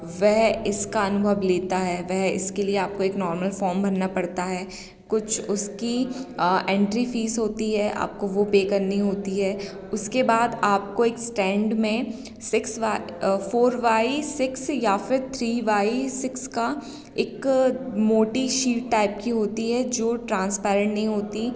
वह इसका अनुभव लेता है वह इसके लिए आपको एक नॉर्मल फ़ॉर्म भरना पड़ता है कुछ उसकी एंट्री फीस होती है आपको वह पे करनी होती है उसके बाद आपको एक स्टैंड में सिक्स वा फ़ोर वाई सिक्स या फ़िर थ्री वाई सिक्स का एक मोटी शीट टाइप की होती है जो ट्रांसपैरेंट नहीं होती